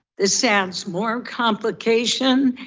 this adds more complication.